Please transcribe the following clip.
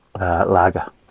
lager